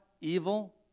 evil